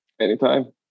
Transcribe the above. Anytime